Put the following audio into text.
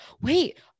wait